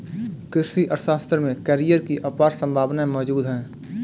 कृषि अर्थशास्त्र में करियर की अपार संभावनाएं मौजूद है